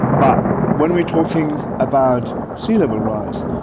but when we're talking about sea level rise,